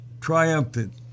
triumphant